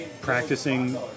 practicing